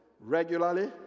Regularly